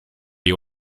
you